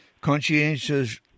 conscientious